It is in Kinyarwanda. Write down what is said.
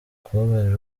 kubabarira